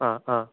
आं आं आं आं आं